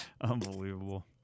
Unbelievable